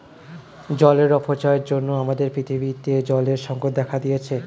জলের অপচয়ের জন্য আমাদের পৃথিবীতে জলের সংকট দেখা দিয়েছে